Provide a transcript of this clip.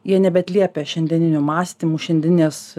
jie nebeatliepia šiandieninio mąstymo šiandieninės